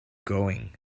going